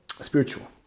spiritual